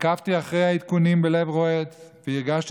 עקבתי אחרי העדכונים בלב רועד והרגשתי